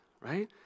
Right